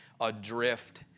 adrift